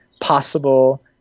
possible